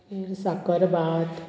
साकरभात